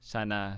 Sana